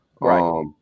right